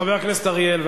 חבר הכנסת אורי אריאל,